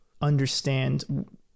understand